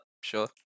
sure